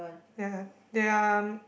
ya there are